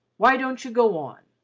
why don't you go on?